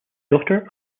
daughter